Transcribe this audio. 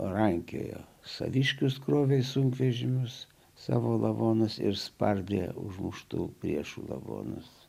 rankiojo saviškius krovė į sunkvežimius savo lavonus ir spardė užmuštų priešų lavonus